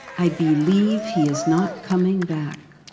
i believe he is not coming back.